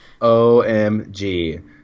Omg